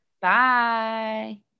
Bye